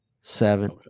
seven